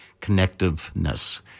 connectiveness